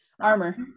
Armor